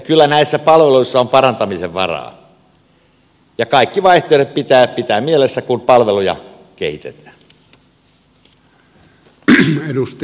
kyllä näissä palveluissa on parantamisen varaa ja kaikki vaihtoehdot pitää pitää mielessä kun palveluja kehitetään